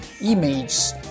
images